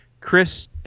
Chris